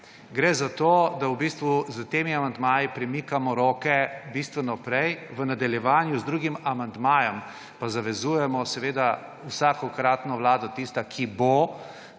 Gre za to, da v bistvu s temi amandmaji prekimamo roke bistveno prej. V nadaljevanju z drugim amandmajem pa zavezujemo seveda vsakokratno vlado, tista, ki bo,